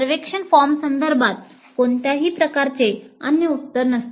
सर्वेक्षण फॉर्मसंदर्भात कोणत्याही प्रश्नाचे अन्य उत्तर नसते